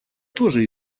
тоже